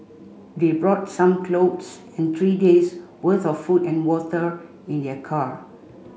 they brought some clothes and three days' worth of food and water in their car